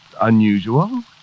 unusual